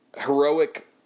Heroic